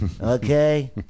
Okay